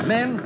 Men